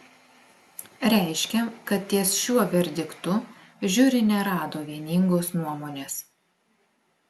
reiškia kad ties šiuo verdiktu žiuri nerado vieningos nuomonės